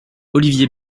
olivier